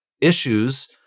issues